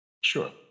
sure